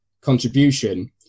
contribution